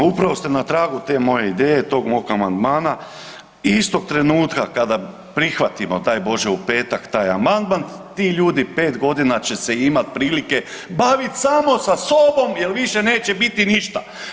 Upravo ste na tragu te moje ideje, tog mog amandmana, istog trenutka kada prihvatimo, daj Bože u petak, taj amandman, ti ljudi 5 godina će se imati prilike baviti samo sa sobom jer više neće biti ništa.